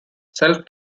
self